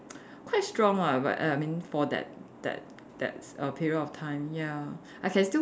quite strong lah but I mean for that that that s~ a period of time ya I can still